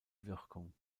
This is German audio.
wirkung